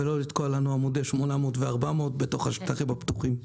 ולא לתקוע לנו עמודי 800 ו-400 בתוך השטחים הפתוחים.